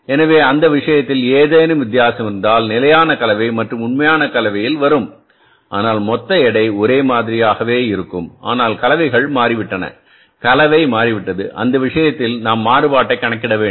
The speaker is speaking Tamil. எனவே அந்த விஷயத்தில் ஏதேனும் வித்தியாசம் இருந்தால் நிலையான கலவை மற்றும் உண்மையான கலவையில் வரும் ஆனால் மொத்த எடை ஒரே மாதிரியாகவே இருக்கும் ஆனால் கலவைகள் மாறிவிட்டன கலவை மாறிவிட்டது அந்த விஷயத்தில் நாம் மாறுபாட்டைக் கணக்கிட வேண்டும்